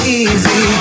easy